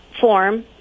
form